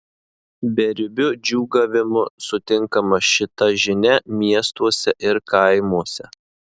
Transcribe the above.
beribiu džiūgavimu sutinkama šita žinia miestuose ir kaimuose